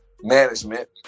management